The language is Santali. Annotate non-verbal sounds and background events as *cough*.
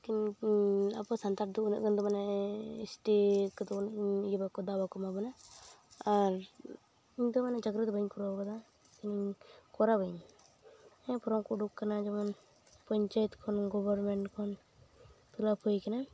ᱠᱮᱣ ᱠᱮᱣ ᱟᱵᱚ ᱥᱟᱱᱛᱟᱲ ᱫᱚ ᱩᱱᱟᱹᱜ ᱜᱟᱱ ᱫᱚ ᱵᱟᱝ ᱢᱟᱱᱮ ᱮᱥ ᱴᱤ ᱠᱚᱫᱚ ᱤᱭᱟᱹ *unintelligible* ᱫᱟᱣ ᱵᱟᱠ ᱮᱢᱟᱵᱚᱱᱟ ᱟᱨ ᱤᱧ ᱫᱚ ᱢᱟᱱᱮ ᱪᱟᱠᱨᱤ ᱫᱚ ᱵᱟᱹᱧ ᱠᱚᱨᱟᱣ ᱠᱟᱫᱟ ᱤᱧᱤᱧ ᱠᱚᱨᱟᱣᱟᱹᱧ ᱦᱮᱸ ᱯᱷᱚᱨᱚᱢ ᱠᱚ ᱩᱰᱩᱠ ᱟᱠᱟᱱᱟ ᱡᱮᱢᱚᱱ ᱯᱚᱧᱪᱟᱭᱮᱛ ᱠᱷᱚᱱ ᱜᱚᱵᱚᱨᱢᱮᱱᱴ ᱠᱷᱚᱱ ᱯᱷᱤᱞᱟᱯ ᱦᱩᱭ ᱠᱟᱱᱟ